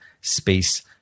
space